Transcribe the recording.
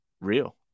real